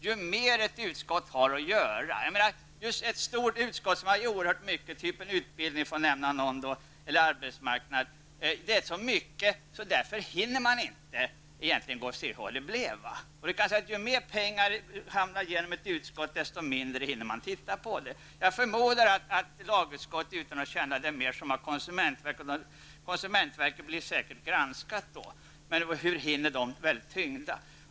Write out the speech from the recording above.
I ett utskott där man har oerhört mycket att göra, t.ex. i utbildningsutskottet eller arbetsmarknadsutskottet, hinner man inte se till resultatet av sitt arbete. Jag tror att ju mer pengar det är fråga om i ett utskott, desto mindre hinner man titta på de olika frågorna. Jag förmodar att man i t.ex. lagutskottet -- i det sammanhanget vill jag säga att konsumentverket säkert blir granskat -- har en mycket tung arbetsbörda.